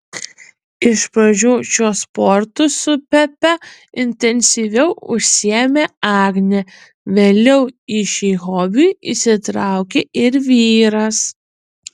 iš pradžių šiuo sportu su pepe intensyviau užsiėmė agnė vėliau į šį hobį įsitraukė ir vyras